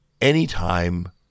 anytime